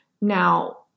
Now